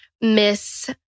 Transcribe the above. Miss